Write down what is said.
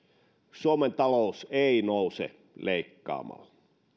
suomen talous ei nouse leikkaamalla